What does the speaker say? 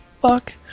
fuck